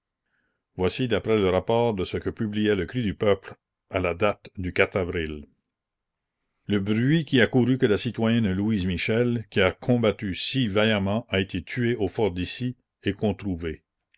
voici d'après le rapport ce que publiait le cri du peuple à la date du avril le bruit qui a couru que la citoyenne louise michel qui a combattu si vaillamment a été tuée au fort d'issy est controuvé